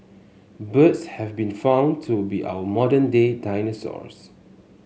birds have been found to be our modern day dinosaurs